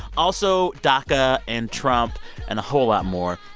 also, daca and trump and a whole lot more.